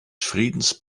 friedens